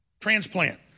transplant